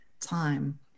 time